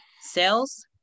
Sales